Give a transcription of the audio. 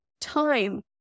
time